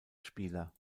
spieler